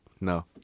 No